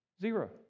Zero